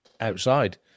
outside